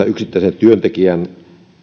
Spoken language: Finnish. yksittäisen työntekijän